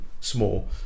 small